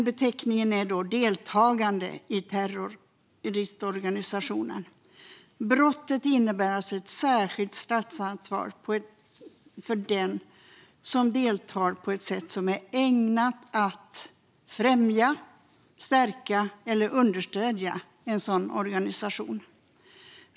Beteckningen är deltagande i terroristorganisation. Brottet innebär ett särskilt straffansvar för den som deltar i en terroristorganisation på ett sätt som är ägnat att främja, stärka eller understödja organisationen.